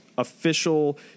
official